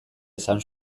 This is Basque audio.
esan